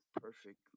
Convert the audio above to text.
perfect